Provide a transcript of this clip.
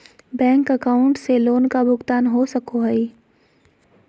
Bank account से loan का भुगतान हो सको हई?